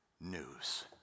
news